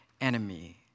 Enemy